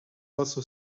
also